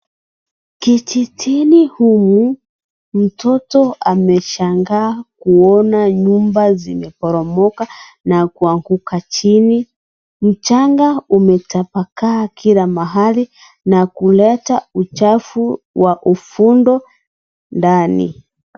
Kijijini humu mtoto ameshanga kuona nyumba zime poromoka na kuanguka chini mchanga umetapakaa kila mahali na kuleta uchafu wa ufundo ndani.